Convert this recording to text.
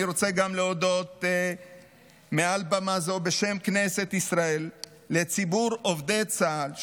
אני רוצה להודות מעל במה זו בשם כנסת ישראל גם לציבור עובדי צה"ל,